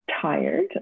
tired